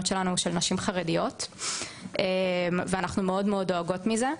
שלנו הן של נשים חרדיות ואנחנו מאוד דואגים מזה.